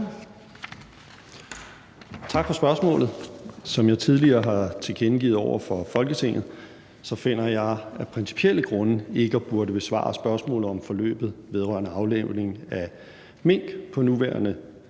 Tak for spørgsmålet. Som jeg tidligere har tilkendegivet over for Folketinget, så finder jeg af principielle grunde ikke, at jeg burde besvare spørgsmålet om forløbet vedrørende aflivning af mink på nuværende